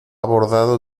bordado